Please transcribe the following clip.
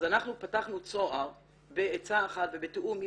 אנחנו פתחנו צוהר בעצה אחת ובתיאום עם